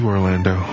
Orlando